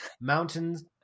mountains